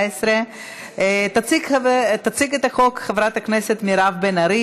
התשע"ט 2019. תציג את החוק חברת הכנסת מירב בן ארי,